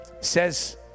says